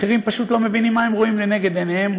אחרים פשוט לא מבינים מה הם רואים לנגד עיניהם.